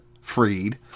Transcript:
Freed